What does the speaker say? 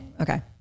Okay